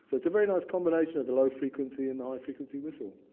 so it's a very nice combination of the low frequency and the high frequency whistle.